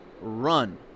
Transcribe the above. run